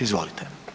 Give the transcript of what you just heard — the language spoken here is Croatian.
Izvolite.